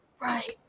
right